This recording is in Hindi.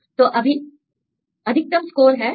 तो अभी अधिकतम स्कोर है 18